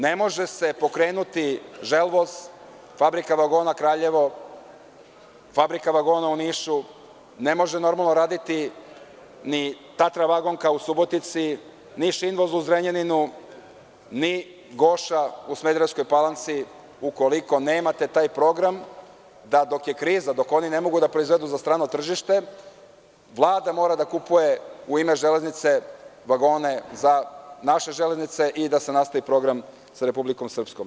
Ne može se pokrenuti „Želvoz“, fabrika vagona Kraljevo, fabrika vagona u Nišu, ne može normalno raditi ni „Tatra vagonka“ u Subotici, ni „Šinvoz“ u Zrenjaninu, ni „Goša“ u Smederevskoj Palanci ukoliko nemate taj program da dok je kriza, dok oni ne mogu da proizvedu za strano tržište, Vlada mora da kupuje u ime železnice vagone za naše železnice i da se nastavi program sa Republikom Srpskom.